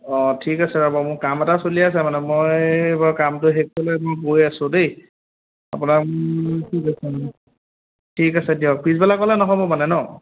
অঁ ঠিক আছে ৰ'ব মোৰ কাম এটা চলি আছে মানে মই এই বাৰু কামটো শেষ কৰি লৈ মই গৈ আছোঁ দেই আপোনাক ঠিক আছে দিয়ক পিছবেলা গ'লে নহ'ব মানে ন